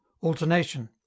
alternation